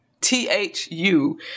T-H-U